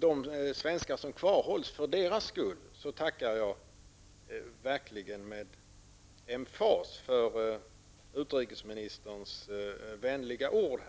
de svenskars som kvarhålls och deras anhörigas skull tackar jag verkligen med emfas för utrikesministerns vänliga ord.